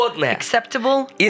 acceptable